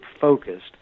focused